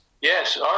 Yes